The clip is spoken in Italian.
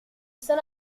sono